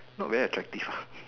not very attractive ah